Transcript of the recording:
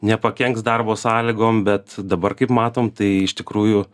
nepakenks darbo sąlygom bet dabar kaip matom tai iš tikrųjų